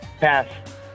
Pass